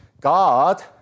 God